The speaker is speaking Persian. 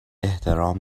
احترام